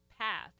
path